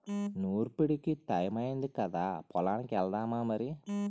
నూర్పుడికి టయమయ్యింది కదా పొలానికి ఎల్దామా మరి